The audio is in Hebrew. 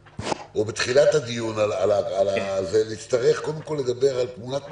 שבתחילת הדיון נצטרך לדבר על תמונת מצב.